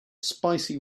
spicy